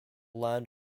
land